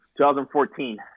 2014